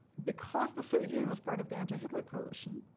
because the soviet union was part of the anti-hitler coalition,